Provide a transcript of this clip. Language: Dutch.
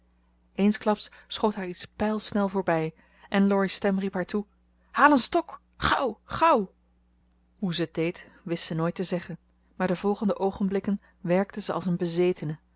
eensklaps schoot haar iets pijlsnel voorbij en laurie's stem riep haar toe haal een stok gauw gauw hoe zij het deed wist ze nooit te zeggen maar de volgende oogenblikken werkte ze als een bezetene